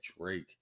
Drake